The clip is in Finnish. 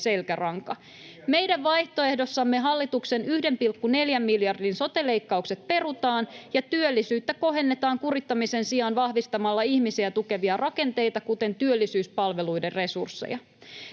Meidän vaihtoehdossamme hallituksen 1,4 miljardin sote-leikkaukset perutaan ja työllisyyttä kohennetaan kurittamisen sijaan vahvistamalla ihmisiä tukevia rakenteita, kuten työllisyyspalveluiden resursseja.